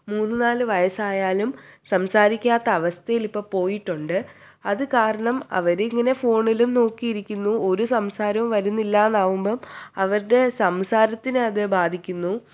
മൂന്ന് നാല് വയസ്സായാലും സംസാരിക്കാത്ത അവസ്ഥയിൽ ഇപ്പോൾ പോയിട്ടുണ്ട് അത് കാരണം അവർ ഇങ്ങനെ ഫോണിലും നോക്കി ഇരിക്കുന്നു ഒരു സംസാരവും വരുന്നില്ല എന്നാവുമ്പം അവരുടെ സംസാരത്തിനെ അത് ബാധിക്കുന്നു